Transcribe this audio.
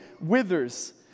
withers